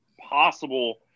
possible